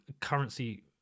currency